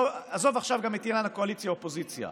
עזוב עכשיו גם את עניין הקואליציה אופוזיציה,